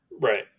Right